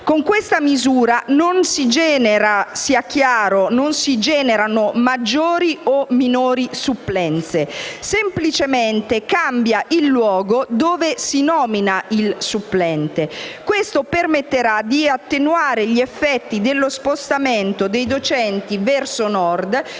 Con questa misura non si generano - sia chiaro! - maggiori o minori supplenze, semplicemente cambia il luogo dove si nomina il supplente. Questo permetterà di attenuare gli effetti dello spostamento dei docenti verso Nord,